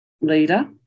leader